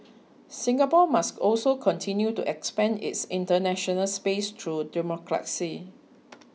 Singapore must also continue to expand its international space through diplomacy